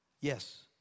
yes